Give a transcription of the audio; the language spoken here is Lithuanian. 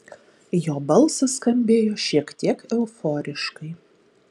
jo balsas skambėjo šiek tiek euforiškai